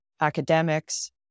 academics